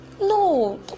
No